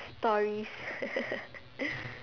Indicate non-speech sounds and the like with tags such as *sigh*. stories *laughs*